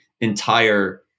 entire